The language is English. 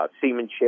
seamanship